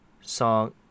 song